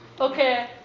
Okay